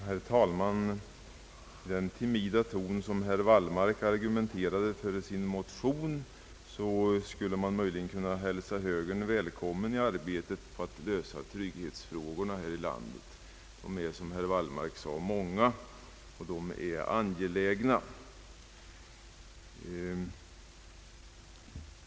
Herr talman! Efter att ha lyssnat till den timida ton med vilken herr Wallmark argumenterade för sin motion skulle man möjligen kunna hälsa högern välkommen i arbetet på att lösa trygghetsfrågorna här i landet. De är, som herr Wallmark sade, många och angelägna.